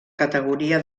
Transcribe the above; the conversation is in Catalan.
categoria